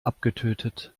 abgetötet